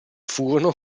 furono